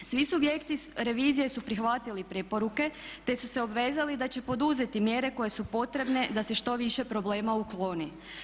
Svi subjekti revizije su prihvatili preporuke te su se obvezali da će poduzeti mjere koje su potrebne da se što više problema ukloni.